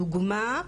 דוגמה,